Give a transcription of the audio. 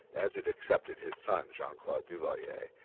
as it accepted his son, jean-claude duvalier,